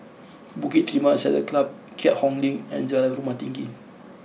Bukit Timah Saddle Club Keat Hong Link and Jalan Rumah Tinggi